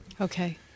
Okay